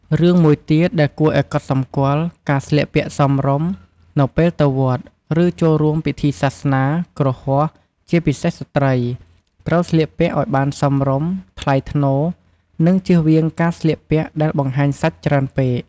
រឿងមួយទៀតដែលគួរអោយកត់សម្គាល់ ការស្លៀកពាក់សមរម្យ នៅពេលទៅវត្ត ឬចូលរួមពិធីសាសនា គ្រហស្ថ ជាពិសេសស្ត្រី ត្រូវស្លៀកពាក់ឲ្យបានសមរម្យ ថ្លៃថ្នូរ និងជៀសវាងការស្លៀកពាក់ដែលបង្ហាញសាច់ច្រើនពេក។